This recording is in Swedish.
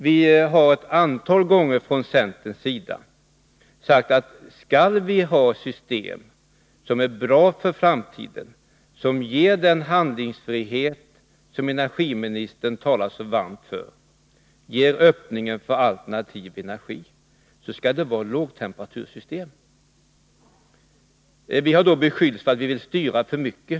Vi har från centerns sida ett antal gånger sagt, att skall vi i vårt land ha system som är bra för framtiden, som ger handlingsfrihet — något som energiministern nu talar så varmt för — och som ger öppning för alternativ energi, så skall det vara lågtemperatursystem. Vi har då beskyllts för att vilja styra för mycket.